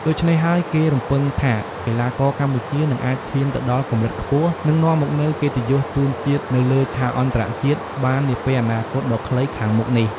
ដូច្នេះហើយ គេរំពឹងថាកីឡាករកម្ពុជានឹងអាចឈានទៅដល់កម្រិតខ្ពស់ និងនាំមកនូវកិត្តិយសជូនជាតិនៅលើឆាកអន្តរជាតិបាននាពេលអនាគតដ៏ខ្លីខាងមុខនេះ។